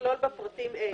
ויכלול בה פרטים אלה: